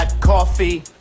coffee